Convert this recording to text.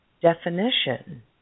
definition